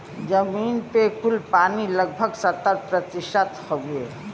जमीन पे कुल पानी लगभग सत्तर प्रतिशत हउवे